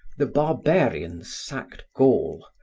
the barbarians sacked gaul.